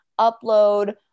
upload